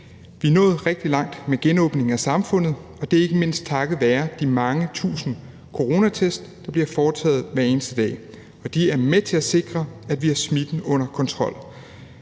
Vi er nået rigtig langt med genåbningen af samfundet, og det er ikke mindst takket være de mange tusind coronatest, der bliver foretaget hver eneste dag. De er med til at sikre, at vi har smitten under kontrol.